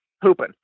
hooping